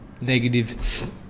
negative